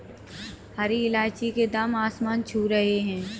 हरी इलायची के दाम आसमान छू रहे हैं